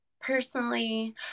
personally